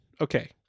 Okay